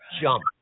Jump